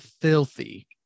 filthy